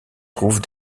trouve